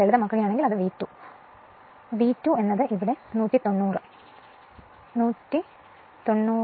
ലളിതമാക്കുകയാണെങ്കിൽ അത് വി 2 ആയി മാറും വി 2 ഇവിടെ 190 ആകും 190 192